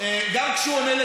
היא הייתה מעירה גם לי.